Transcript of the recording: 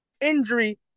injury